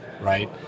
right